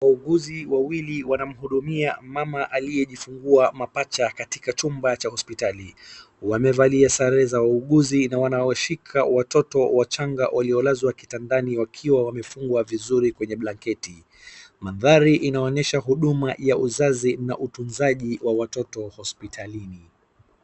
Wauguzi wawili wanamhudumia mama aliyejifungua mapacha katika chumba cha hospitali. Wamevalia sare za wauguzi na wanawashika watoto wachanga waliolazwa kitandani wakiwa wamefungwa vizuri kwenye blanketi. Mandhari inaonyesha huduma ya uzazi na utunzaji wa watoto hospitalini.